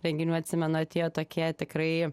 renginių atsimenu atėjo tokie tikrai